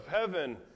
heaven